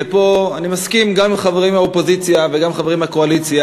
ופה אני מסכים גם עם חברים מהאופוזיציה וגם עם חברים מהקואליציה,